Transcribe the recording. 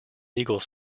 eagle